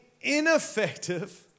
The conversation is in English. ineffective